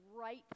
right